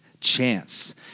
Chance